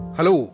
Hello